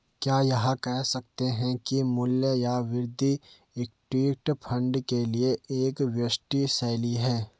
क्या यह कह सकते हैं कि मूल्य या वृद्धि इक्विटी फंड के लिए एक विशिष्ट शैली है?